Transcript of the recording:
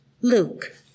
Luke